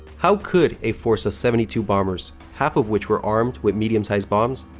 how could a force of seventy two bombers, half of which were armed with medium sized bombs,